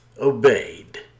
obeyed